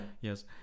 yes